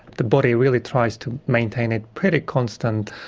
the body really tries to maintain it pretty constant.